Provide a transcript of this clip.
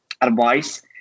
advice